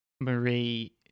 Marie